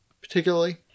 particularly